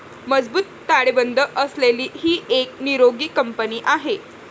मजबूत ताळेबंद असलेली ही एक निरोगी कंपनी आहे